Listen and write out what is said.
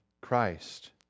Christ